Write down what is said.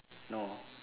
no